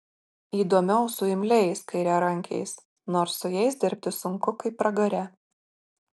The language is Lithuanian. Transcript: įdomiau su imliais kairiarankiais nors su jais dirbti sunku kaip pragare